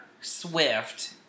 Swift